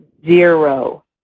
zero